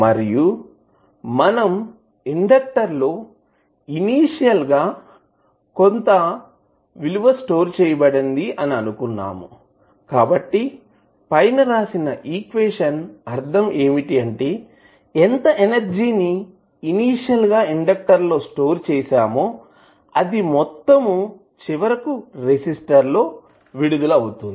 మరియు మనం ఇండెక్టర్ లో ఇనీషియల్ గా కొంత విలువ స్టోర్ చేయబడింది అని అనుకున్నాము కాబట్టి పైన రాసిన ఈక్వేషన్ అర్థం ఏమిటి అంటే ఎంత ఎనర్జీ ని ఇనీషియల్ గా ఇండెక్టర్ లో స్టోర్ చేసామో అది మొత్తం చివరకు రెసిస్టర్ లో విడుదల అవుతుంది